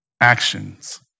actions